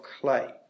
clay